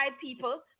people